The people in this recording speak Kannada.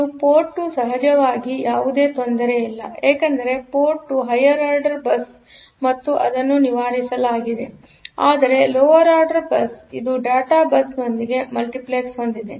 ಇದು ಪೋರ್ಟ್ 2 ಸಹಜವಾಗಿ ಯಾವುದೇ ತೊಂದರೆಯಿಲ್ಲ ಏಕೆಂದರೆ port 2 higher order address bus ಮತ್ತು ಅದನ್ನು ನಿವಾರಿಸಲಾಗಿದೆ ಆದರೆ ಲೋಯರ್ ಆರ್ಡರ್ ಅಡ್ರೆಸ್ ಬಸ್ ಇದು ಡೇಟಾ ಬಸ್ ನೊಂದಿಗೆ ಮಲ್ಟಿಪ್ಲೆಕ್ಸ್ ಹೊಂದಿದೆ